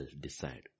decide